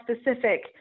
specific